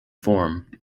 form